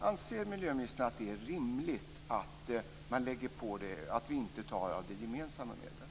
Anser miljöministern att det är rimligt att lägga på och inte ta av gemensamma medel?